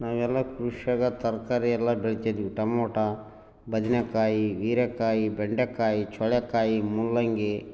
ನಾವೆಲ್ಲಾ ಕೃಷ್ಯಾಗ ತರಕಾರಿ ಎಲ್ಲ ಬೆಳಿತಿದ್ವಿ ಟಮೊಟ ಬದನೇಕಾಯಿ ಹೀರೇಕಾಯಿ ಬೆಂಡೆಕಾಯಿ ಚೋಳೆಕಾಯಿ ಮೂಲಂಗಿ